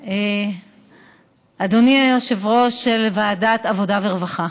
אדוני יושב-ראש ועדת העבודה והרווחה,